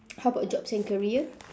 how about jobs and career